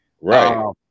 right